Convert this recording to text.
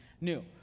new